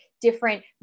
different